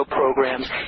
programs